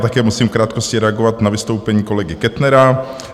Také musím v krátkosti reagovat na vystoupení kolegy Kettnera.